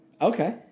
Okay